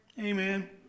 amen